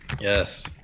yes